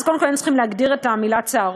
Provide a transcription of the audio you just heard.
אז קודם כול היינו צריכים להגדיר את המילה צהרון,